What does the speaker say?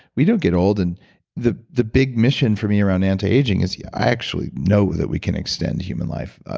we don't get old. and the the big mission for me around anti-aging is yeah i actually know that we can extend human life.